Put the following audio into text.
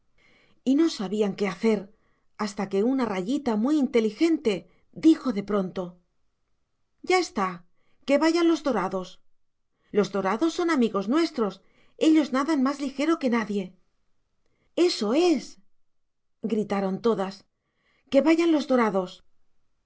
y no sabían qué hacer hasta que una rayita muy inteligente dijo de pronto ya está qué vaya los dorados los dorados son amigos nuestros ellos nadan más ligero que nadie eso es gritaron todas que vayan los dorados